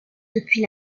depuis